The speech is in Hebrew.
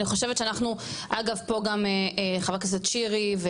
אני חושבת שאנחנו אגב פה גם חבר הכנסת שירי,